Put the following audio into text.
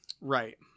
Right